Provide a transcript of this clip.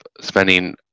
spending